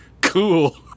cool